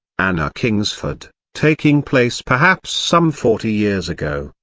anna kingsford, taking place perhaps some forty years ago,